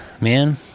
man